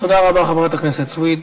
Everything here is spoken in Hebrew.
תודה רבה, חברת הכנסת סויד.